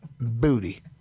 booty